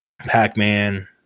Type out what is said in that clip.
Pac-Man